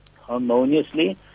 harmoniously